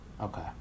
Okay